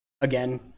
again